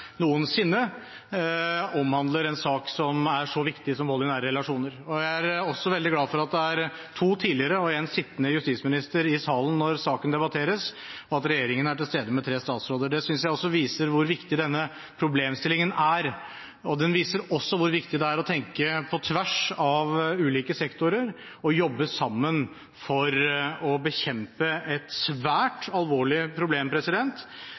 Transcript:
noensinne, omhandler en sak som er så viktig som vold i nære relasjoner. Jeg er også veldig glad for at det er to tidligere og en sittende justisminister i salen når saken debatteres, og at regjeringen er til stede med tre statsråder. Det synes jeg viser hvor viktig denne problemstillingen er, og den viser også hvor viktig det er å tenke på tvers av ulike sektorer og jobbe sammen for å bekjempe et svært alvorlig problem.